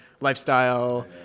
lifestyle